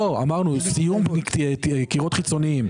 לא, אמרנו: סיום קירות חיצוניים.